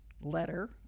letter